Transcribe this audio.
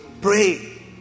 pray